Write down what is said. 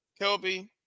Kelby